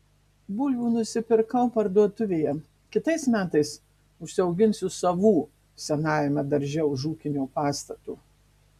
bulvių nusipirkau parduotuvėje kitais metais užsiauginsiu savų senajame darže už ūkinio pastato